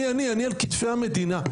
אני עני, אני על כתפי המדינה.